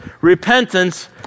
Repentance